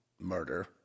Murder